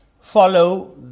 follow